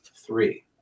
three